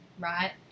right